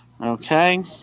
Okay